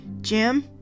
jim